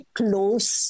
close